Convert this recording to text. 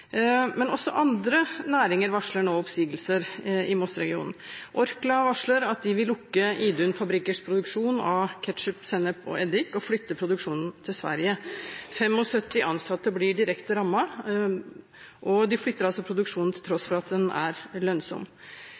Også andre næringer varsler nå oppsigelser i Mosseregionen og andre regioner. Orkla varsler at de vil lukke Idun fabrikkers produksjon av ketchup, sennep og eddik og flytte produksjonen til Sverige. 75 ansatte blir direkte rammet – de flytter altså produksjonen til tross for at den er lønnsom.